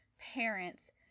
parents